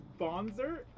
bonzer